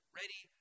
ready